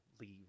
leave